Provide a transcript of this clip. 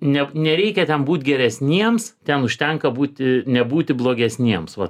ne nereikia ten būt geresniems ten užtenka būti nebūti blogesniems va